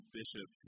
bishop